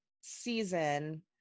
season